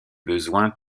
besoins